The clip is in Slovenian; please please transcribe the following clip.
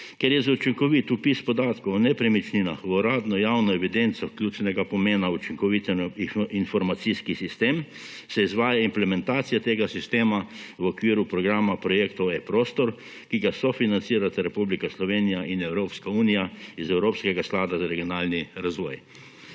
Ker je za učinkovit vpis podatkov o nepremičninah v uradno javno evidenco ključnega pomena informacijski sistem, se izvaja implementacija tega sistema v okviru programa projektov eProstor, ki ga sofinancirata Republike Slovenija in Evropska unija iz Evropskega sklada za regionalni razvoj.